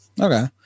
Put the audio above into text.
Okay